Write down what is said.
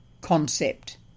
concept